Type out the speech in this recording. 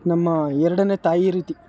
ನಮ್ಮ ಎರಡನೆ ತಾಯಿ ರೀತಿ